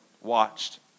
watched